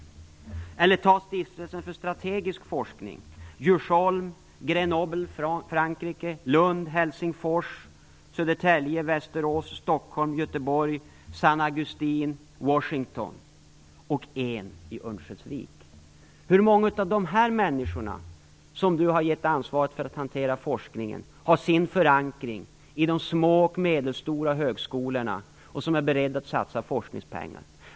Styrelsemedlemmarna i Stiftelsen för strategisk forskning bor i Djursholm, Grenoble, Lund, Helsingfors, Södertälje, Västerås, Stockholm, Göteborg, San Hur många av dessa människor, som Patrik Norinder har gett ansvaret för att hantera forskningen, har sin förankring i de små och medelstora högskolorna och är beredda att satsa forskningspengar?